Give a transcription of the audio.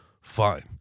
fine